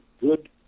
good